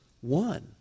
one